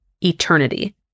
eternity